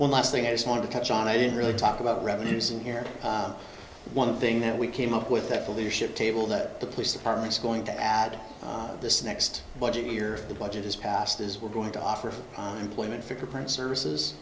one last thing i just want to touch on i didn't really talk about revenues in here and one thing that we came up with that the leadership table that the police department is going to add to this next budget year the budget is passed is we're going to offer on employment figure print services